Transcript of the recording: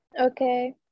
okay